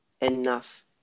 enough